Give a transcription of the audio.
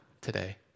today